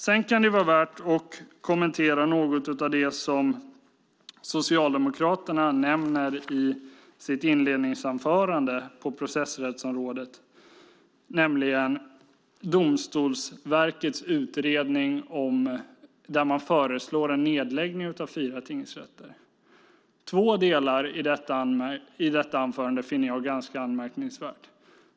Sedan kan det vara värt att kommentera något av det som Socialdemokraternas företrädare nämnde i sitt inledningsanförande på processrättsområdet, nämligen Domstolsverkets utredning där man föreslår en nedläggning av fyra tingsrätter. Jag finner två delar i detta anförande ganska anmärkningsvärda.